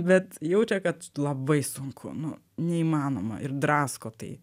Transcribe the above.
bet jaučia kad labai sunku nu neįmanoma ir drasko tai